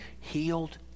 healed